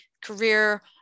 career